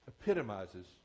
epitomizes